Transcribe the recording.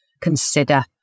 consider